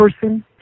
person